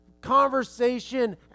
conversation